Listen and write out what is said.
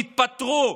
תתפטרו.